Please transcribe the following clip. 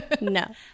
no